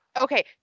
Okay